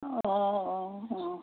অঁ অঁ অঁ